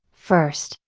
first,